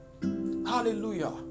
Hallelujah